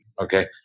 okay